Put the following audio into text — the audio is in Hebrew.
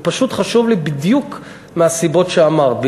זה פשוט חשוב לי בדיוק מהסיבות שאמרת,